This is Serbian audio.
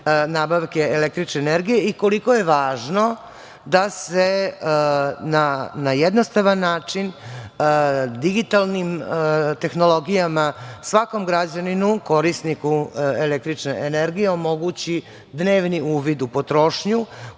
nabavke električne energije i koliko je važno da se na jednostavan način digitalnim tehnologijama svakom građaninu, korisniku električne energije omogući dnevni uvid u potrošnju,